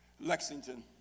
Lexington